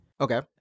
Okay